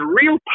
real